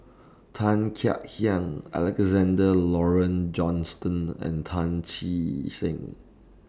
Tan Kek Hiang Alexander Laurie Johnston and Tan Che Sang